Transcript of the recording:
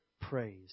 praise